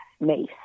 Mace